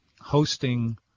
hosting